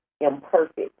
imperfect